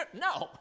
No